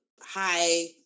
high